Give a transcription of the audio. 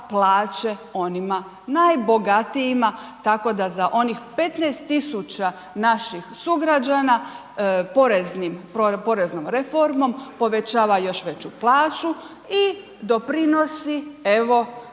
plaće onima najbogatijima tako da za onih 15.000 naših sugrađana poreznom reformom povećava još veću plaću i doprinosi evo